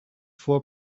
four